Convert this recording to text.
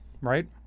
right